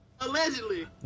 Allegedly